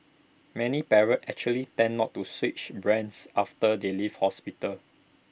many parents actually tend not to switch brands after they leave hospital